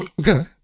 Okay